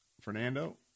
Fernando